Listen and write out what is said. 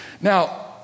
now